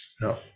No